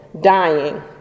dying